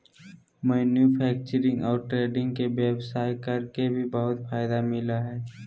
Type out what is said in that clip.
manufacturing और trading के व्यवसाय कर के भी बहुत फायदा मिलय हइ